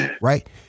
Right